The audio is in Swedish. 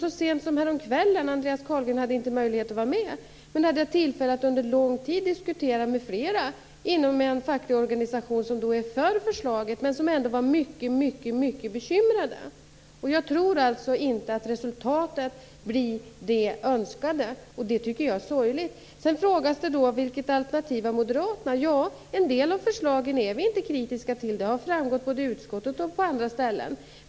Så sent som häromkvällen - Andreas Carlgren hade inte möjlighet att vara med - hade jag tillfälle att under lång tid diskutera med flera personer inom en facklig organisation som är för förslaget men som ändå var mycket, mycket bekymrade. Jag tror alltså inte att resultatet blir det önskade, och det tycker jag är sorgligt. Sedan frågade Andreas Carlgren: Vilket alternativ har moderaterna? Ja, en del av förslagen är vi inte kritiska till; det har framgått både i utskottet och på andra ställen.